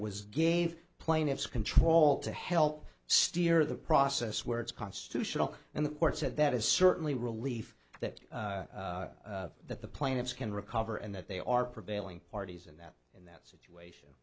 was gave plaintiffs control to help steer the process where it's constitutional and the court said that is certainly relief that that the plaintiffs can recover and that they are prevailing parties and that in that situation